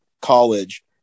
college